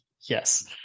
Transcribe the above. Yes